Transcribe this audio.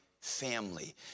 family